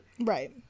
right